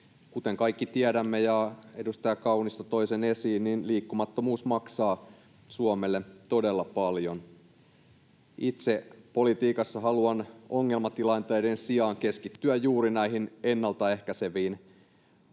Kuten kaikki tiedämme — ja edustaja Kaunisto toi sen esiin — liikkumattomuus maksaa Suomelle todella paljon. Itse politiikassa haluan ongelmatilanteiden sijaan keskittyä juuri näihin ennaltaehkäiseviin